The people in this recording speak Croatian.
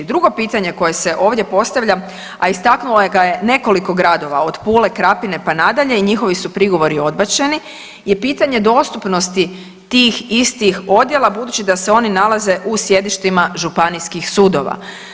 Drugo pitanje koje se ovdje postavlja, a istaknulo ga je nekoliko gradova od Pule, Krapine pa nadalje i njihovi su prigovori odbačeni je pitanje dostupnosti tih istih odjela budući da se oni nalaze u sjedištima županijskih sudova.